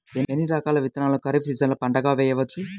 ఎన్ని రకాల విత్తనాలను ఖరీఫ్ సీజన్లో పంటగా వేయచ్చు?